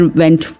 went